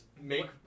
make